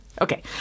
Okay